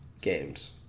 games